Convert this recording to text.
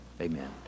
amen